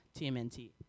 TMNT